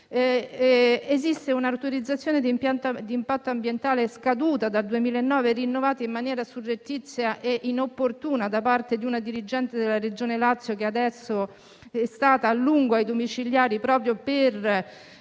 esiste un'autorizzazione di impatto ambientale scaduta dal 2009, rinnovata in maniera surrettizia e inopportuna da parte di una dirigente della Regione Lazio, che è stata a lungo ai domiciliari proprio per